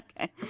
Okay